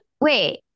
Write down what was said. Wait